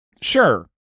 Sure